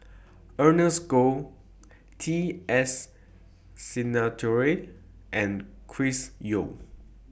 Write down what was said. Ernest Goh T S Sinnathuray and Chris Yeo